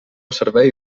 servei